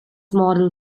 model